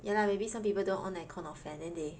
ya lah maybe some people don't on air con or fan then they